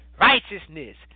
righteousness